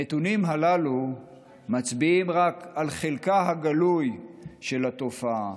הנתונים הללו מצביעים רק על חלקה הגלוי של התופעה